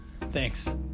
thanks